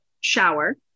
shower